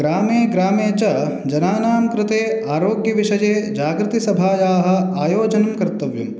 ग्रामे ग्रामे च जनानां कृते आरोग्यविषये जागृतिसभायाः आयोजनं कर्तव्यं